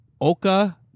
Oka